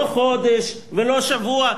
לא חודש ולא שבוע.